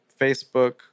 Facebook